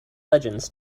legends